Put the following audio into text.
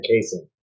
casing